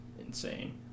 insane